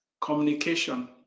communication